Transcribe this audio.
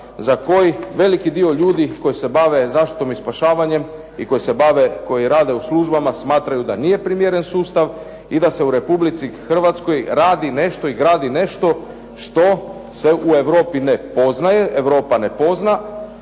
za koji veliki dio ljudi koji se bave zaštitom i spašavanjem i koji rade u službama smatraju da nije primjeren sustav i da se u Republici Hrvatskoj radi nešto i gradi nešto što se u Europi ne poznaje, nego nam